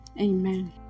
Amen